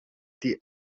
die